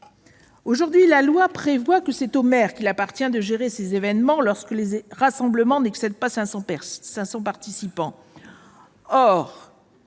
Aujourd'hui, la loi prévoit que c'est au maire qu'il appartient de gérer ces événements lorsque les rassemblements n'excèdent pas 500 participants. Or,